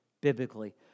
biblically